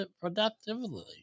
productively